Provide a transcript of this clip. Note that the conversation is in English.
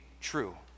true